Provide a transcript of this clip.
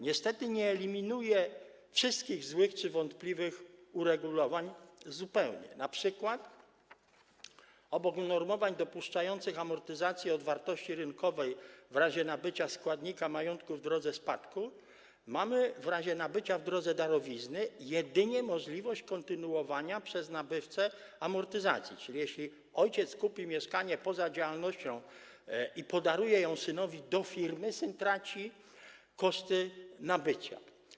Niestety nie eliminuje zupełnie wszystkich złych czy wątpliwych uregulowań, np. obok unormowań dopuszczających amortyzację od wartości rynkowej w razie nabycia składnika majątku w drodze spadku mamy w razie nabycia w drodze darowizny jedynie możliwość kontynuowania przez nabywcę amortyzacji, czyli jeśli ojciec kupi mieszkanie poza działalnością i podaruje ją synowi do firmy, syn traci koszty nabycia.